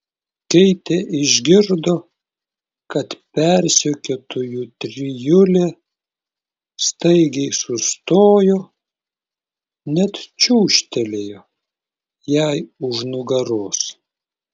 keitė išgirdo kad persekiotojų trijulė staigiai sustojo net čiūžtelėjo jai už nugaros